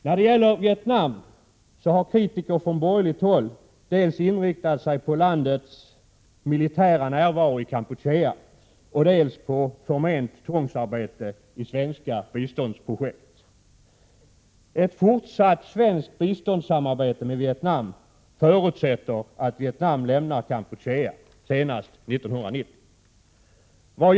När det gäller Vietnam har kritiker från borgerligt håll inriktat sig på dels landets militära närvaro i Kampuchea, dels förment tvångsarbete i svenska biståndsprojekt. Ett fortsatt svenskt biståndssamarbete med Vietnam förutsätter att Vietnam lämnar Kampuchea senast 1990.